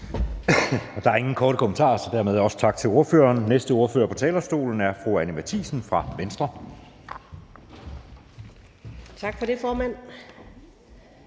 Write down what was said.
Der er ingen korte bemærkninger, så dermed også tak til ordføreren. Næste ordfører på talerstolen er fru Anni Matthiesen fra Venstre. Kl. 14:25 (Ordfører)